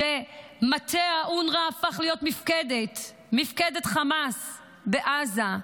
כשמטה אונר"א הפך להיות מפקדת חמאס בעזה,